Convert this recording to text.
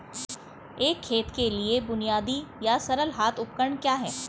एक खेत के लिए बुनियादी या सरल हाथ उपकरण क्या हैं?